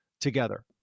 together